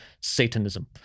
satanism